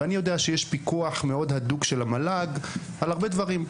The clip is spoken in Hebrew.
אני יודע שיש פיקוח הדוק מאוד של המל"ג על הרבה דברים,